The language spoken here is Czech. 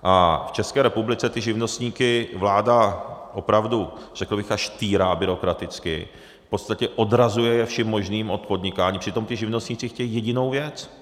A v České republice ty živnostníky vláda opravdu řekl bych až týrá byrokraticky, v podstatě odrazuje je vším možným od podnikání, přitom ti živnostníci chtějí jedinou věc.